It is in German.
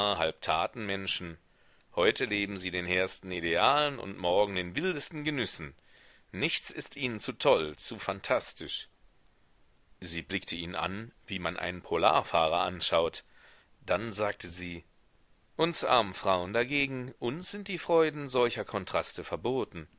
halb tatenmenschen heute leben sie den hehrsten idealen und morgen den wildesten genüssen nichts ist ihnen zu toll zu phantastisch sie blickte ihn an wie man einen polarfahrer anschaut dann sagte sie uns armen frauen dagegen uns sind die freuden solcher kontraste verboten